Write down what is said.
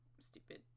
stupid